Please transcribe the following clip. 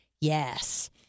Yes